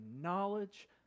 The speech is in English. knowledge